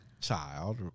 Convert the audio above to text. child